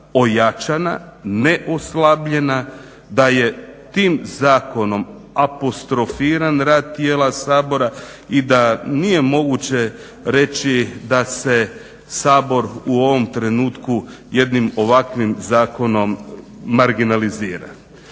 ojačana, ne oslabljena, da je tim zakonom apostrofiran rad tijela Sabora i da nije moguće reći da se Sabor u ovom trenutku jednim ovakvim zakonom marginalizira.